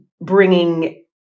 bringing